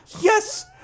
yes